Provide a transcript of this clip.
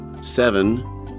seven